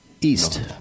East